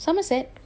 somerset